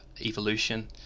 evolution